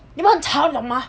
你们好吵你懂吗